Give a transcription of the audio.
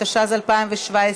התשע"ז 2017,